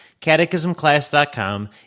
CatechismClass.com